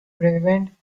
prevent